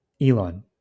Elon